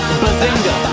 bazinga